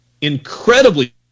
incredibly